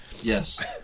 Yes